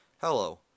Hello